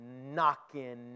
knocking